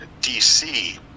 DC